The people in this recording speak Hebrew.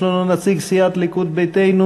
יש לנו נציג של סיעת הליכוד ביתנו?